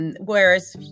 Whereas